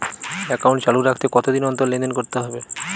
Account চালু রাখতে কতদিন অন্তর লেনদেন করতে হবে?